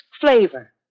flavor